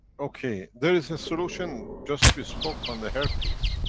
okay. there is a solution just we spoke on the herpes.